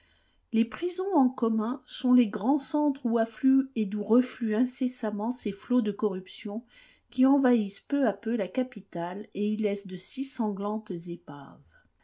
les prisons en commun sont les grands centres où affluent et d'où refluent incessamment ces flots de corruption qui envahissent peu à peu la capitale et y laissent de si sanglantes épaves